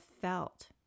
felt